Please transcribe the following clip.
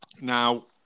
Now